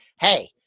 Hey